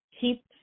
keep